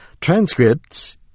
Transcripts